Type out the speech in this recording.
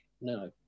No